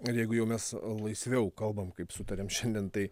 ir jeigu jau mes laisviau kalbam kaip sutarėm šiandien tai